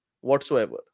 whatsoever